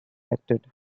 acted